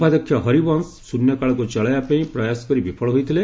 ଉପାଧ୍ୟକ୍ଷ ହରିବଂଶ ଶୃନ୍ୟକାଳକୁ ଚଳାଇବା ପାଇଁ ପ୍ରୟାସ କରି ବିଫଳ ହୋଇଥିଲେ